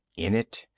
in it,